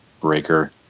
Breaker